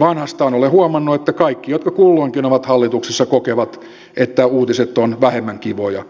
vanhastaan olen huomannut että kaikki jotka kulloinkin ovat hallituksessa kokevat että uutiset ovat vähemmän kivoja